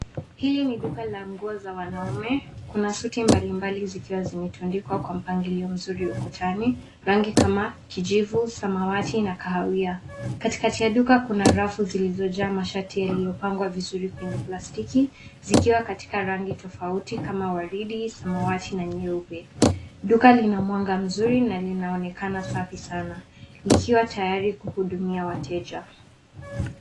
Hii ni duka la nguo za wanaume. Kuna suti mbalimbali zikiwa zimetundikwa kwa mpangilio mzuri ukutani. Rangi kama kijivu, samawati na kahawia. Katikati ya duka kuna rafu zilizojaa mashati yaliyopangwa vizuri kwenye plastiki zikiwa katika rangi tofauti kama waridi, samawati na nyeupe. Duka lina mwanga mzuri na linaonekana safi sana likiwa tayari kuhudumia wateja.